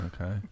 Okay